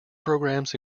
programs